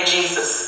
Jesus